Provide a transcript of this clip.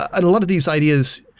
a lot of these ideas,